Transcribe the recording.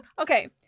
Okay